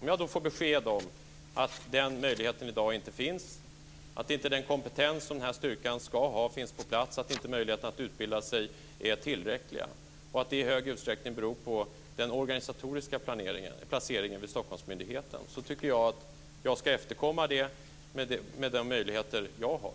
Om jag då får beskedet att den möjligheten i dag inte finns, att den kompetens som styrkan ska ha inte finns, att det inte finns tillräckliga möjligheter att utbilda sig och att det i hög grad beror på den organisatoriska placeringen hos Stockholmsmyndigheten, då ska jag efterkomma detta med de möjligheter som jag har.